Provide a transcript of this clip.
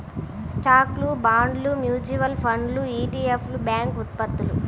స్టాక్లు, బాండ్లు, మ్యూచువల్ ఫండ్లు ఇ.టి.ఎఫ్లు, బ్యాంక్ ఉత్పత్తులు